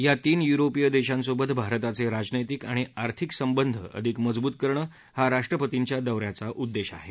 या तीन युरोपीय देशांसोबत भारताचे राजनैतिक आणि आर्थिक संबंध अधिक मजबूत करणं हा राष्ट्रपतींच्या दौऱ्याचा उद्देश आहे